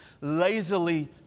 lazily